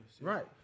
right